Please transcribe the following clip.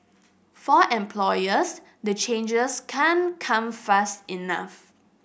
for employers the changes can't come fast enough